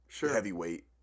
heavyweight